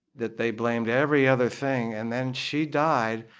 that they blamed every other thing. and then she died,